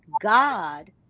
god